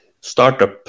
startup